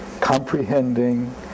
comprehending